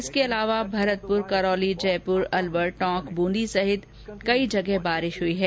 इसके अलावा भरतपुर करौली जयपुर अलवर टोंक बूंदी सहित कई जगह बारिश हुई है